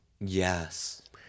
Yes